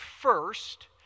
first